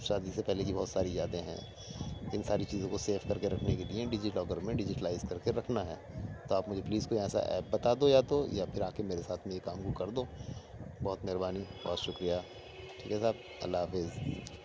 شادی سے پہلے کی بہت ساری یادیں ہیں ان ساری چیزوں کو سیف کر کے رکھنے کے لیے ڈیجی لاکر میں ڈیجیٹلائز کر کے رکھنا ہے تو آپ مجھے پلیز کوئی ایسا ایپ بتا دو یا تو یا پھر آ کے میرے ساتھ میں یہ کام کو کر دو بہت مہربانی بہت شکریہ ٹھیک ہے صاحب اللّہ حافظ